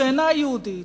שאינה יהודית,